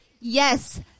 yes